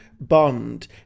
bond